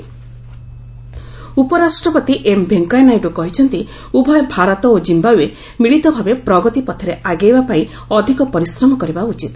VP Zimbabwe ଉପରାଷ୍ଟପତି M Venkaiah Naidu କହିଛନ୍ତି ଉଭୟ ଭାରତ ଓ ଜିୟାଓ୍ବେ ମିଳିତ ଭାବେ ପ୍ରଗତି ପଥରେ ଆଗେଇବାପାଇଁ ଅଧିକ ପରିଶ୍ରମ କରିବା ଉଚିତ